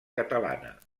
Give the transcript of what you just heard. catalana